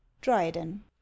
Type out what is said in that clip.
dryden